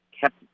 kept